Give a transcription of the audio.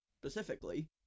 specifically